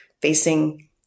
facing